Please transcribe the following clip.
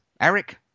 Eric